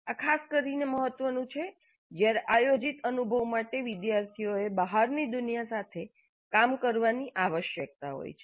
આ ખાસ કરીને મહત્વનું છે જ્યારે આયોજિત અનુભવ માટે વિદ્યાર્થીઓને બહારની દુનિયા સાથે કામ કરવાની આવશ્યકતા હોય છે